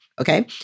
Okay